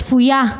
שפויה,